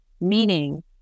meaning